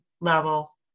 level